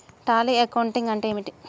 Tally accounting అంటే ఏమిటి?